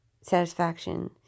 satisfaction